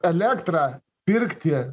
elektrą pirkti